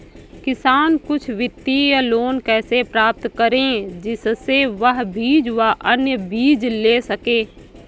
किसान कुछ वित्तीय लोन कैसे प्राप्त करें जिससे वह बीज व अन्य चीज ले सके?